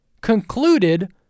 concluded